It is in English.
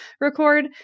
record